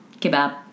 Kebab